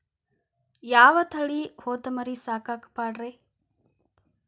ಯಾವ ತಳಿ ಹೊತಮರಿ ಸಾಕಾಕ ಪಾಡ್ರೇ?